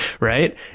Right